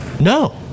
no